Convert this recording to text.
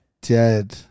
dead